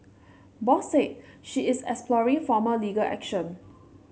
Bose said she is exploring formal legal action